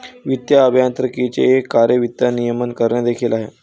वित्तीय अभियांत्रिकीचे एक कार्य वित्त नियमन करणे देखील आहे